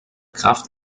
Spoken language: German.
krafft